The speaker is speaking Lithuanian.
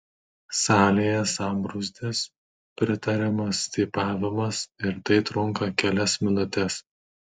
salėje sambrūzdis pritariamas cypavimas ir tai trunka kelias minutes